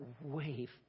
wave